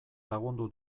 lagundu